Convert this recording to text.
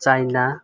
China